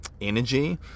energy